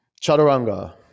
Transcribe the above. Chaturanga